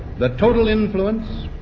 the total influence.